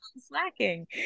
Slacking